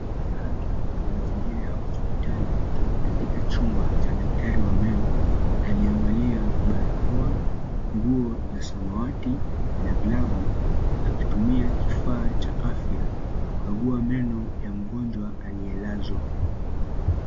Haya ni mazingira ya hospitali, katika chumba cha daktari wa meno aliyevalia barakoa, nguo ya samawati na glavu, akitumia kifaa cha afya kukagua meno ya mgonjwa aliyelazwa.